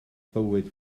bywyd